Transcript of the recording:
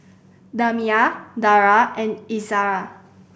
Damia Dara and Izzara